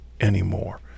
anymore